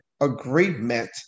agreement